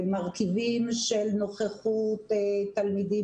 מרכיבים של נוכחות תלמידים,